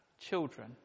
children